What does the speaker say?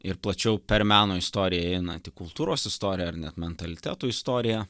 ir plačiau per meno istoriją įeinant į kultūros istoriją ar net mentalitetų istoriją